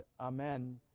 Amen